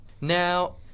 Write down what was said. Now